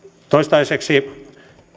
toiseksi